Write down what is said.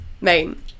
main